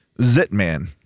Zitman